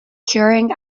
curing